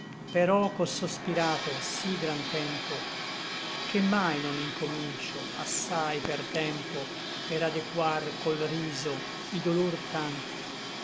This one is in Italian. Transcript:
ch'ò sospirato sí gran tempo che mai non incomincio assai per tempo per adequar col riso i dolor tanti